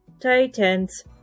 Titans